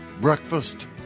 breakfast